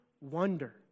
wonder